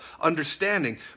understanding